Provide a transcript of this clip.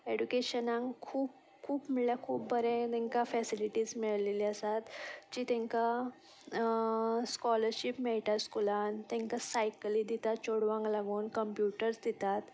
एडुकेशनाक खूब खूब म्हटल्या खूब बरे तांकां फॅसिलिटीस मेळलेली आसात जी तांकां स्कॉलरशीप मेळटा स्कुलान तांकां सायकली दितात चेडवांक लागून कंम्प्युटर्स दितात